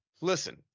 listen